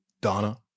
Donna